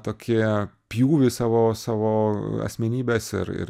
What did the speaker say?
tokį a pjūvį savo savo asmenybės ir ir